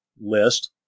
list